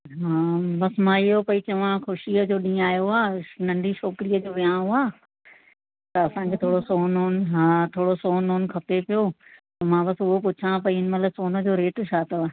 हा बसि मां इयो पई चवा ख़ुशीअ जो ॾींहुं आयो आहे नंढी छोकिरीअ जो वियाऊं आहे त असांजो थोरो सोन वोन हा थोरो सोन वोन खपे पियो त मां बसि वो पुछा पई भई सोन जो रेट छा अथव